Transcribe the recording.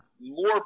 more